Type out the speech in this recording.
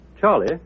Charlie